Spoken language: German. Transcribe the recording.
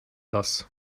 das